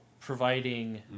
providing